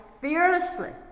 fearlessly